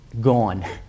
gone